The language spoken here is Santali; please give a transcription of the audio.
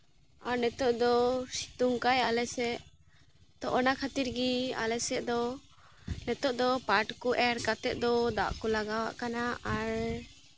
ᱟᱨ ᱱᱤᱛᱚᱜ ᱫᱚ ᱥᱤᱛᱩᱝ ᱠᱟᱜ ᱟᱭ ᱟᱞᱮ ᱥᱮᱫ ᱛᱚ ᱚᱱᱟ ᱠᱷᱟᱹᱛᱤᱨ ᱜᱮ ᱟᱞᱮ ᱥᱮᱫ ᱫᱚ ᱱᱤᱛᱚᱜ ᱫᱚ ᱯᱟᱴ ᱠᱚ ᱮᱨᱻ ᱠᱟᱛᱮ ᱫᱚ ᱫᱟᱜ ᱠᱚ ᱞᱟᱜᱟᱣ ᱟᱜ ᱠᱟᱱᱟ ᱟᱨ